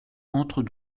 entre